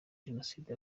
jenoside